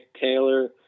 Taylor